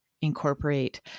incorporate